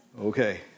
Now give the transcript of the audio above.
Okay